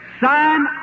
sign